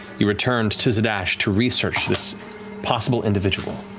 you returned to zadash to research this possible individual,